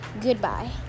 goodbye